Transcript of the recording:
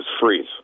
freeze